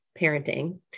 parenting